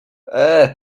eee